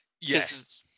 Yes